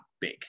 big